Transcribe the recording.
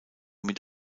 mit